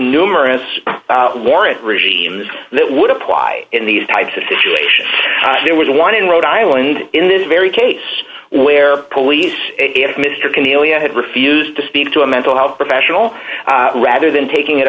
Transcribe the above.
numerous more and regimes that would apply in these types of situations there was one in rhode island in this very case where police and mr can ilya had refused to speak to a mental health professional rather than taking it